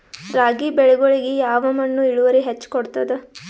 ರಾಗಿ ಬೆಳಿಗೊಳಿಗಿ ಯಾವ ಮಣ್ಣು ಇಳುವರಿ ಹೆಚ್ ಕೊಡ್ತದ?